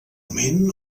moment